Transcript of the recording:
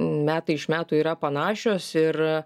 metai iš metų yra panašios ir